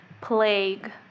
plague